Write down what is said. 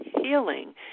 healing